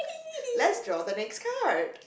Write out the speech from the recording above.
let's draw the next card